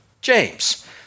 James